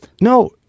No